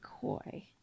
coy